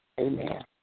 Amen